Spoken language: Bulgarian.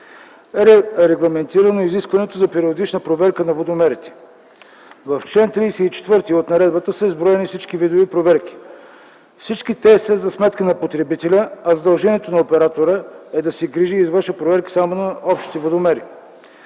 е регламентирано изискването за периодична проверка на водомерите. В чл. 34 от наредбата са изброени всички видове проверки. Всички те са за сметка на потребителя, задължението на оператора е да се грижи и извършва проверки само на общите водомери.